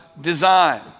design